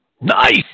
Nice